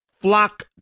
flock